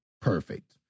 Perfect